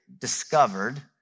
discovered